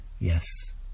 Yes